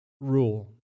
rule